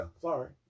sorry